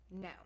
No